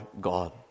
God